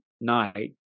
night